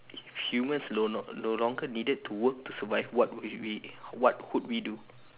humans no longer no longer need to work to survive what would we what would we do